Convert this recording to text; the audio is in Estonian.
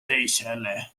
teisele